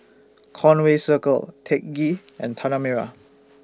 Conway Circle Teck Ghee and Tanah Merah